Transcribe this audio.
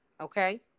okay